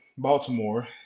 Baltimore